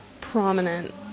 prominent